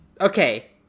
Okay